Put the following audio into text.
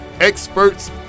experts